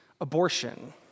abortion